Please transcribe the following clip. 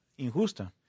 injusta